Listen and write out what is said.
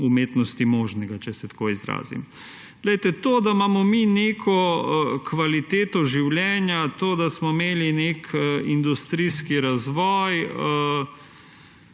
umetnosti možnega, če se tako izrazim. Glejte, to, da imamo mi neko kvaliteto življenja, to, da smo imeli nek industrijski razvoj